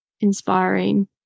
inspiring